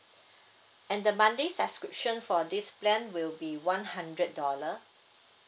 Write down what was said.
and the monthly subscription for this plan will be one hundred dollar